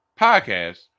podcast